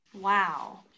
Wow